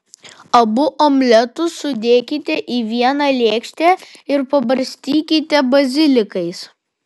abu omletus sudėkite į vieną lėkštę ir pabarstykite bazilikais